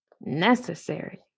necessary